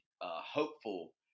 hopeful